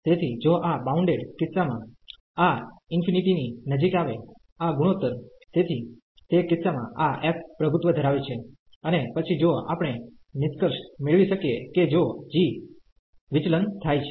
તેથી જો આ બાઉન્ડેડ કિસ્સામાં આ ઇન્ફિનિટી ની નજીક આવે આ ગુણોત્તર તેથી તે કિસ્સામાં આ f પ્રભુત્વ ધરાવે છે અને પછી જો આપણે નિષ્કર્ષ મેળવી શકીએ કે જો g વિચલન થાય છે